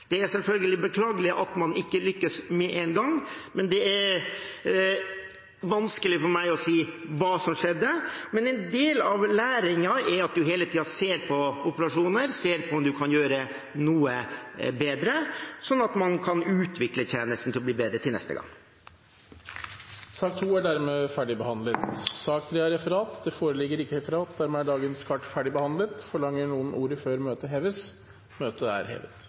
Det er selvfølgelig beklagelig at man ikke lyktes med en gang, og det er vanskelig for meg å si hva som skjedde, men en del av læringen er at man hele tiden ser på operasjoner, ser på om man kan gjøre noe bedre, sånn at man kan utvikle tjenesten til å bli bedre til neste gang. Sak nr. 2 er dermed ferdigbehandlet. Det foreligger ikke noe referat. Dermed er dagens kart ferdigbehandlet. Forlanger noen ordet før møtet heves? – Møtet er hevet.